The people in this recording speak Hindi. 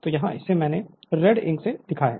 तो यहाँ इसे मैंने रेड इंक से लिखा है